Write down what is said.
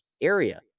area